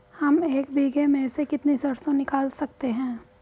हम एक बीघे में से कितनी सरसों निकाल सकते हैं?